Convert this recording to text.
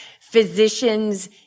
physicians